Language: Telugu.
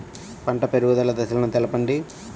పంట పెరుగుదల దశలను తెలపండి?